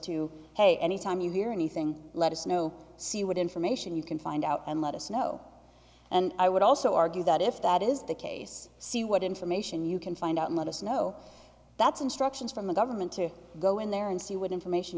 pay any time you hear anything let us know see what information you can find out and let us know and i would also argue that if that is the case see what information you can find out let us know that's instructions from the government to go in there and see what information